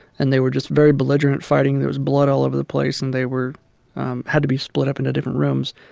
and they were just very belligerent, fighting. there was blood all over the place. and they were had to be split up into different rooms.